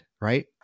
right